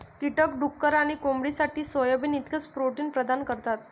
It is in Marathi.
कीटक डुक्कर आणि कोंबडीसाठी सोयाबीन इतकेच प्रोटीन प्रदान करतात